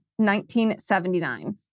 1979